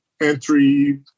entry